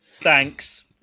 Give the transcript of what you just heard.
Thanks